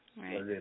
right